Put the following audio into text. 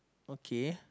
okay